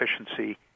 efficiency